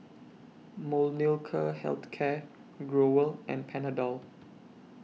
Molnylcke Health Care Growell and Panadol